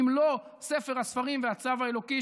אם לא ספר הספרים והצו האלוקי,